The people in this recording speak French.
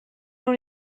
dans